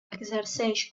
exerceix